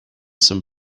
some